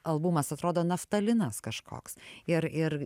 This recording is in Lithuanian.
albumas atrodo naftalinas kažkoks ir ir